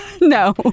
no